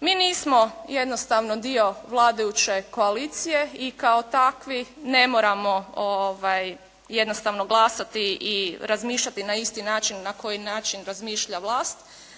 Mi nismo jednostavno dio vladajuće koalicije i kao takvi ne moramo jednostavno glasati i razmišljati na isti način na koji način razmišlja vlasat